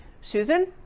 Susan